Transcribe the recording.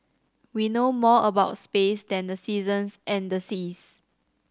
we know more about space than the seasons and the seas